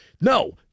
no